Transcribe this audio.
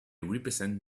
represent